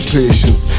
patience